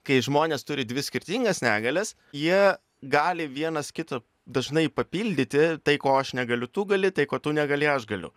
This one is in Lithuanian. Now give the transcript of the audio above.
kai žmonės turi dvi skirtingas negalias jie gali vienas kitą dažnai papildyti tai ko aš negaliu tu gali tai ko tu negali aš galiu